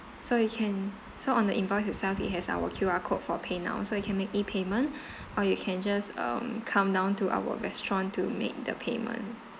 so you can so on the invoice itself it has our Q_R code for paynow so you can make the payment or you can just come down to our restaurant to make the payment